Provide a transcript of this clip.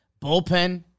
bullpen